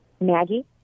Maggie